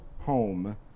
home